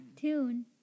tune